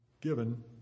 given